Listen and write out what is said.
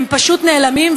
הם פשוט נעלמים,